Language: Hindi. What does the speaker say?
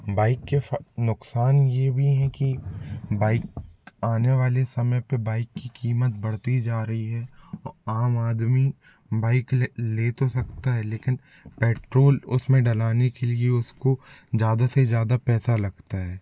बाइक के नुकसान ये भी हैं कि बाइक आने वाले समय पे बाइक की कीमत बढ़ती जा रही है और आम आदमी बाइक ले ले तो सकता है लेकिन पेट्रोल उसमें डलाने के लिए उसको ज़्यादा से ज़्यादा पैसा लगता है